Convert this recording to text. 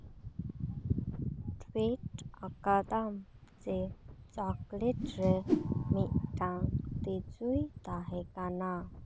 tweet ᱟᱠᱟᱫᱟᱢ ᱡᱮ chocolate ᱨᱮ ᱢᱤᱫᱴᱟᱝ ᱛᱤᱡᱩᱭ ᱛᱟᱦᱮᱸᱠᱟᱱᱟ